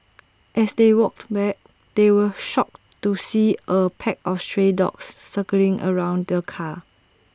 as they walked back they were shocked to see A pack of stray dogs circling around the car